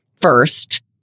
first